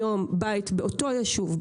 היום רק הקרקע עבור בית באותו יישוב,